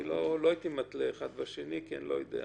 אני לא הייתי מתלה אחד בשני כי אני לא יודע.